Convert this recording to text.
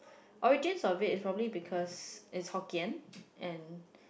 origins of it is probably because it's hokkien and